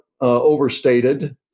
overstated